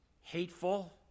hateful